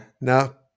Now